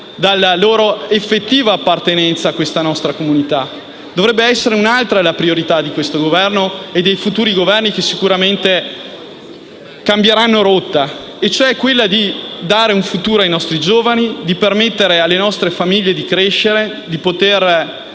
dalla loro effettiva appartenenza a questa nostra comunità. Dovrebbe essere un'altra la priorità di questo Governo e dei futuri Governi, che sicuramente cambieranno rotta, cioè quella di dare un futuro ai nostri giovani, di permettere alle nostre famiglie di crescere e di poter